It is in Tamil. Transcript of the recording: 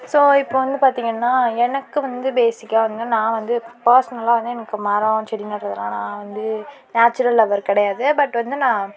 ஸோ இப்போது வந்து பார்த்தீங்கன்னா எனக்கு வந்து பேஸிக்காக வந்து நான் வந்து பர்ஸ்னலாக வந்து எனக்கு மரம் செடி நடுகிறதுல்லாம் நான் வந்து நேச்சுரல் லவ்வர் கிடையாது பட் வந்து நான்